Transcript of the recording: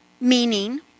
meaning